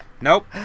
Nope